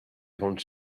grande